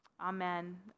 Amen